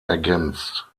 ergänzt